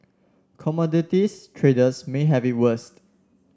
commodities traders may have it worst